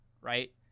right